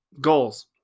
goals